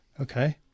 Okay